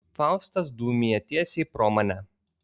faustas dūmija tiesiai pro mane